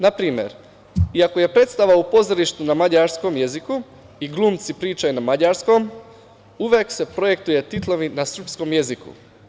Na primer, iako je predstava u pozorištu na mađarskom jeziku i glumci pričaju na mađarskom, uvek se projektuju titlovi na srpskom jeziku.